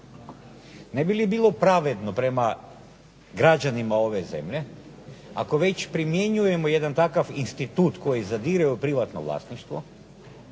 Ne bi li bilo pravedno prema građanima ove zemlje, ako već primjenjujemo jedan takav institut koji zadire u privatno vlasništvo